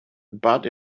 but